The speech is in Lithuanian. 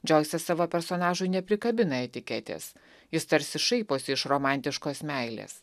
džoisas savo personažui neprikabina etiketės jis tarsi šaiposi iš romantiškos meilės